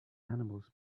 animals